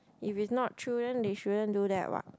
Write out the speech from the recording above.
if is not true then they shouldn't do that what